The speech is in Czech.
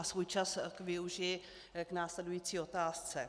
Svůj čas využiji k následující otázce.